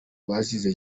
bazize